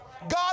God